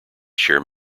share